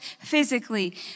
physically